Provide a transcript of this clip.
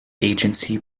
agency